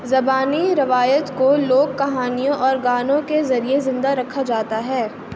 زبانی روایت کو لوک کہانیوں اور گانوں کے ذریعے زندہ رکھا جاتا ہے